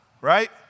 right